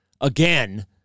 Again